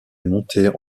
montés